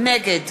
נגד